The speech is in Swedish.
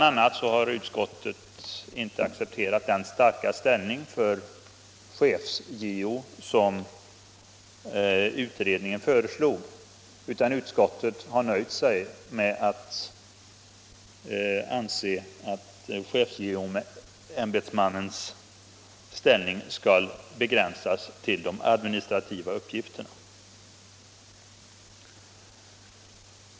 a. har utskottet inte accepterat den starka ställning för chefs-JO som utredningen föreslog, utan utskottet har nöjt sig med att anse att chefsjustitieombudsmannens särställning skall begränsas till de administrativa uppgifterna.